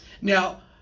Now